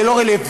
זה לא רלוונטי.